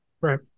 Right